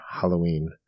Halloween